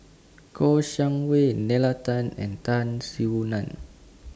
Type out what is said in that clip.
Shang Wei Nalla Tan and Tan Soo NAN